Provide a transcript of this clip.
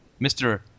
Mr